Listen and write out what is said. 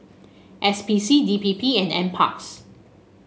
S P C D P P and NParks